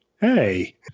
hey